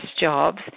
jobs